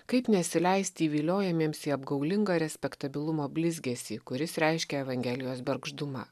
kaip nesileisti įviliojamiems į apgaulingą respektabilumo blizgesį kuris reiškia evangelijos bergždumą